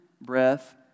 breath